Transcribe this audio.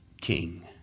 king